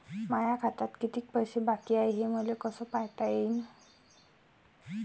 माया खात्यात कितीक पैसे बाकी हाय हे मले कस पायता येईन?